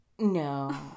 No